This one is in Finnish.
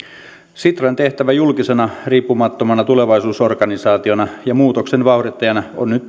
sitran tehtävä julkisena riippumattomana tulevaisuusorganisaationa ja muutoksen vauhdittajana on nyt